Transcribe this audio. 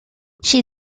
she